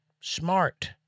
Smart